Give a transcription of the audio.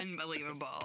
Unbelievable